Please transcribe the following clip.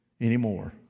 anymore